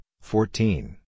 fourteen